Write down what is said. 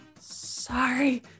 Sorry